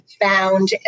found